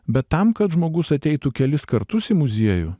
bet tam kad žmogus ateitų kelis kartus į muziejų